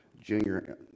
junior